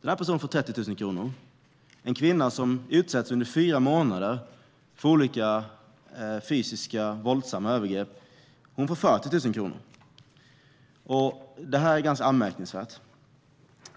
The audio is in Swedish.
Den personen får 30 000 kronor. En kvinna som under fyra månader utsätts för olika fysiska våldsamma övergrepp får 40 000 kronor. Det är ganska anmärkningsvärt.